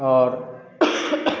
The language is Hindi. और